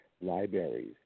libraries